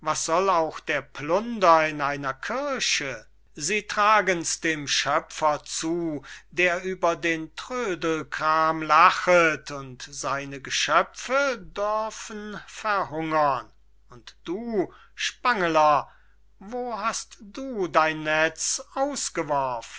was soll auch der plunder in einer kirche sie tragens dem schöpfer zu der über den trödelkram lachet und seine geschöpfe dörfen verhungern und du spangeler wo hast du dein netz ausgeworfen